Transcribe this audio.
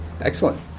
Excellent